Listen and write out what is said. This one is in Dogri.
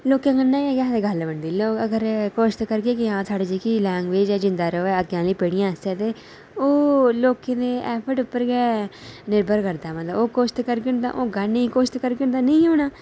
लोकें कन्नै केह् आखदे गल्ल बनदी ते लोग अगर कोशिश करगे ते कि साढ़ी जेह्की लैंग्वेज ऐ जेह्की जींदा र'वै अग्गें आह्ली पीढ़ियें आस्तै ओह् लोकें दे एफर्ट आस्तै गै निर्भर करदा ओह् मतलब कोश्ट करङन तां होगा नेईं करङन तां नेईं होना